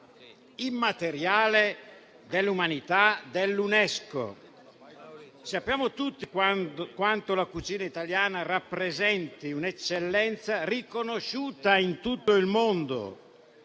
immateriale dell'umanità, dell'UNESCO. Sappiamo tutti quanto la cucina italiana rappresenti un'eccellenza riconosciuta in tutto il mondo,